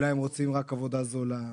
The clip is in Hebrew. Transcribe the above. אולי הם רוצים רק עבודה זולה.